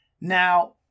now